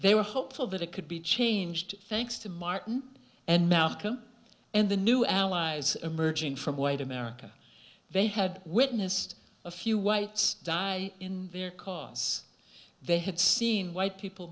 they were hopeful that it could be changed thanks to martin and malcolm and the new allies emerging from white america they had witnessed a few whites die in their cause they had seen white people